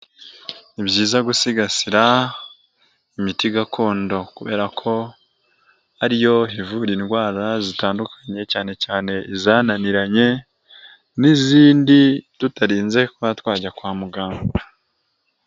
Ni byiza gusigasira imiti gakondo, kubera ko ari yo ivura indwara zitandukanye cyane cyane zananiranye n'izindi tutarinze kuba twajya kwa mugangara.